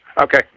Okay